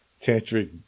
tantric